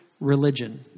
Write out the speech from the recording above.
religion